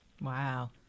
Wow